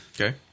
Okay